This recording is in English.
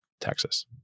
Texas